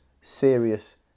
serious